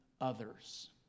others